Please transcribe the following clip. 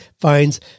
finds